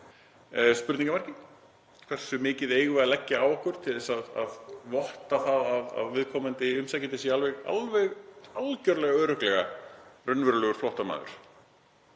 spurning. Hversu mikið eigum við að leggja á okkur til þess að votta það að viðkomandi umsækjandi sé alveg algjörlega, örugglega raunverulegur flóttamaður?